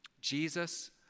Jesus